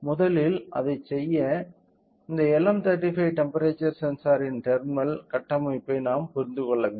முதலில் அதை செய்ய இந்த LM35 டெம்ப்பெரேச்சர் சென்சாரின் டெர்மினல் கட்டமைப்பை நாம் புரிந்து கொள்ள வேண்டும்